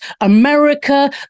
America